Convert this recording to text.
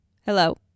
Hello